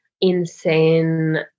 insane